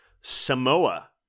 Samoa